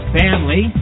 family